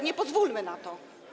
Nie pozwólmy na to.